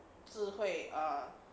智慧